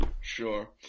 Sure